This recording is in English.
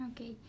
Okay